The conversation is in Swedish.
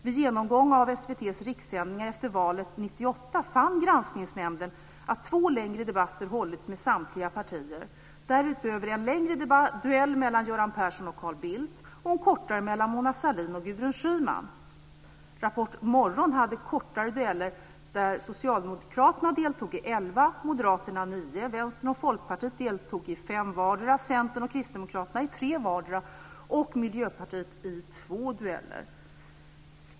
Vid genomgång av SVT:s rikssändningar efter valet 1998 fann Granskningsnämnden att två längre debatter hållits med samtliga partier, därutöver en längre duell mellan Göran Persson och Carl Bildt och en kortare mellan Mona Sahlin och Gudrun Schyman.